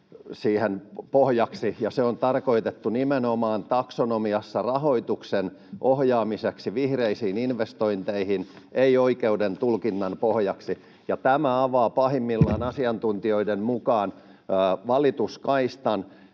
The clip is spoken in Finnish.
siihen pohjaksi, ja se on tarkoitettu nimenomaan taksonomiassa rahoituksen ohjaamiseksi vihreisiin investointeihin, ei oikeuden tulkinnan pohjaksi. Tämä avaa pahimmillaan asiantuntijoiden mukaan valituskaistan,